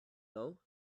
know